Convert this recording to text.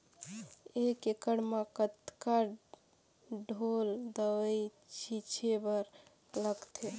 एक एकड़ म कतका ढोल दवई छीचे बर लगथे?